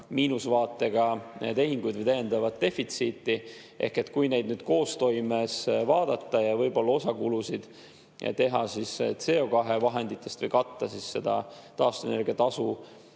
miinusvaatega tehinguid või täiendavat defitsiiti. Ehk kui neid nüüd koostoimes vaadata ja võib-olla osa kulusid teha CO2vahenditest või katta seda taastuvenergia tasu